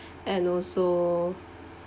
and also